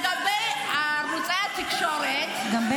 הוא מסביר לך את הפרשנות --- מי